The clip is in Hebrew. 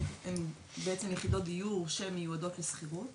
הן בעצם יחידות דיור שמיועדות לשכירות